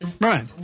Right